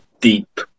deep